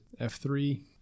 F3